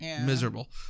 Miserable